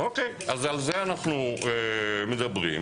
על זה אנחנו מדברים.